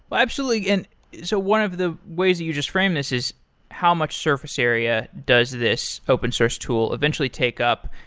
but absolutely. and so one of the ways you just framed this is how much surface area does this open source tool eventually take up?